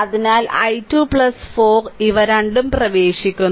അതിനാൽ i2 4 ഇവ രണ്ടും പ്രവേശിക്കുന്നു